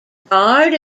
card